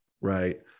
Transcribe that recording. right